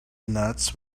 nuts